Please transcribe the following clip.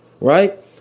right